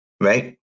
right